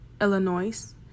Illinois